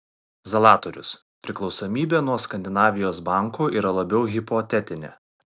zalatorius priklausomybė nuo skandinavijos bankų yra labiau hipotetinė